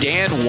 Dan